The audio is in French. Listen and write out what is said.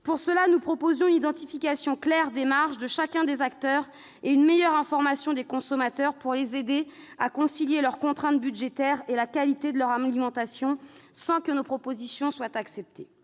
Pour cela, nous proposions une identification claire des marges de chacun des acteurs et une meilleure information des consommateurs, pour les aider à concilier leurs contraintes budgétaires et la qualité de leur alimentation. Nos propositions n'ont pas été acceptées.